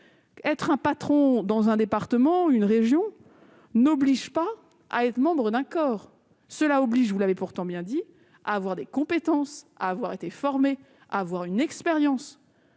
Être un patron dans un département ou une région n'oblige pas à être membre d'un corps. Cela oblige, vous l'avez dit, à avoir des compétences, à avoir été formé, à avoir une expérience,